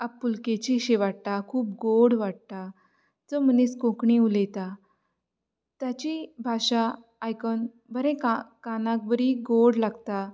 आपुलकेचीशी वाडटा खूब गोड वाडटा जो मनीस कोंकणी उलयता ताची भाशा आयकून बरें कानाक बरी गोड लागता